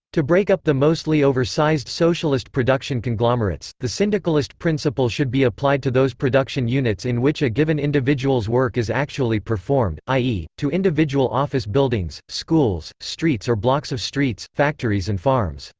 to break up the mostly over-sized socialist production conglomerates, the syndicalist principle should be applied to those production units in which a given individual's work is actually performed, i e, to individual office buildings, schools, streets or blocks of streets, factories and farms.